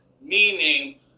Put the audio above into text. meaning